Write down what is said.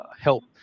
help